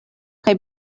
kaj